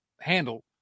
handle